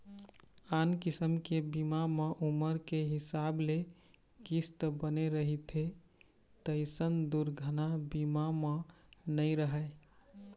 आन किसम के बीमा म उमर के हिसाब ले किस्त बने रहिथे तइसन दुरघना बीमा म नइ रहय